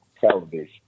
television